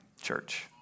Church